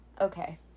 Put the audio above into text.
Okay